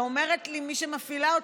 ואומרת לי מי שמפעילה אותו: